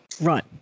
Right